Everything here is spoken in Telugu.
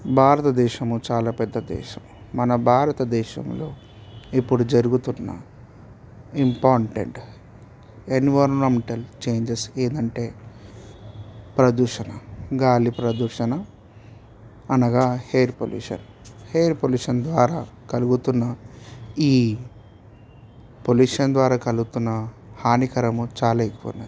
భారతదేశము చాలా పెద్ద దేశం మన భారతదేశంలో ఇప్పుడు జరుగుతున్న ఇంపార్టెంట్ ఎన్విరాన్మెంటల్ చేంజెస్ ఏమంటే ప్రదర్శన గాలి ప్రదర్శన అనగా ఎయిర్ పొల్యూషన్ ఎయిర్ పొల్యూషన్ ద్వారా కలుగుతున్న ఈ పొల్యూషన్ ద్వారా కలుగుతున్న హానికరము చాలా ఎక్కువున్నది